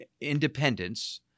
independence